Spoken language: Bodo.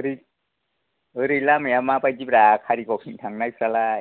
ओरै लामाया माबायदिब्रा खारिगावथिं थांनायफ्रालाय